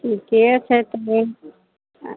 ठीके छै तभी